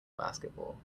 basketball